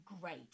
great